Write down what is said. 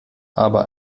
aber